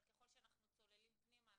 אבל ככל שאנחנו צוללים פנימה,